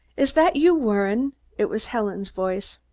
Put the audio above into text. is that you, warren? it was helen's voice.